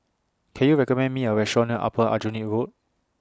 Can YOU recommend Me A Restaurant near Upper Aljunied Road